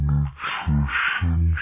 Nutrition